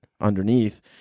underneath